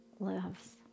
lives